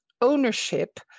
ownership